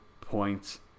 points